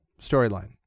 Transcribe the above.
storyline